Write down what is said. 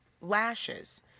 lashes